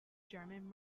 german